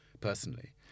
personally